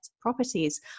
properties